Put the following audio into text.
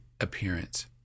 appearance